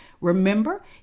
Remember